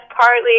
partly